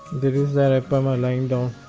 there is the arapaima lying down